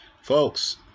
folks